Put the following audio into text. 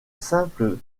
simple